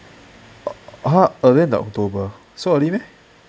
!huh! earlier than october so early meh